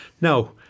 now